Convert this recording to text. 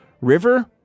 River